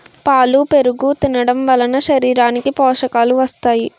పాలు పెరుగు తినడంవలన శరీరానికి పోషకాలు వస్తాయి